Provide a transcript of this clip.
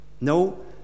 No